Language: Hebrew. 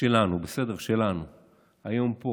שלנו היום פה